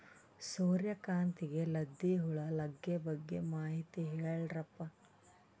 ಸೂರ್ಯಕಾಂತಿಗೆ ಲದ್ದಿ ಹುಳ ಲಗ್ಗೆ ಬಗ್ಗೆ ಮಾಹಿತಿ ಹೇಳರಪ್ಪ?